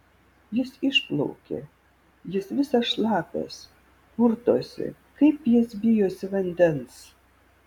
jis išplaukė jis visas šlapias purtosi kaip jis bijosi vandens